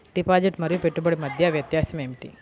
Deposit మరియు పెట్టుబడి మధ్య వ్యత్యాసం ఏమిటీ?